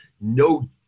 No